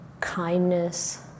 kindness